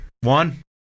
One